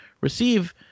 receive